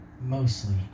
Mostly